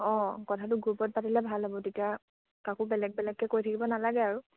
অঁ কথাটো গ্ৰুপত পাতিলে ভাল হ'ব তেতিয়া কাকো বেলেগ বেলেগকে কৈ থাকিব নালাগে আৰু